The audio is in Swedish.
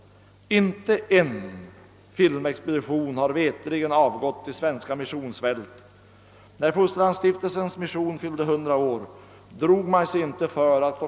Inte en filmexpedition har veterligen avgått till svenska missionsfält. När Fosterlands-Stiftelsens mission fyllde 100 år, drog man sig inte för att (kl.